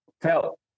felt